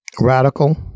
radical